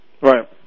Right